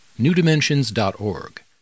newdimensions.org